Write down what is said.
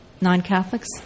non-Catholics